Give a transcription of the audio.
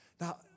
Now